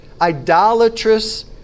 idolatrous